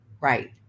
Right